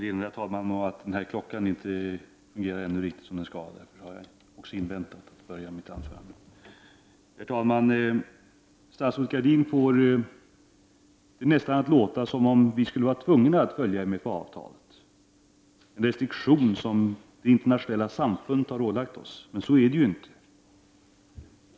Herr talman! Statsrådet Gradin får det nästan att låta som om vi skulle vara tvungna att följa MFA-avtalet, en restriktion som det internationella samfundet har ålagt oss. Men så är det ju inte.